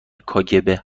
کاگب